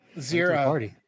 Zero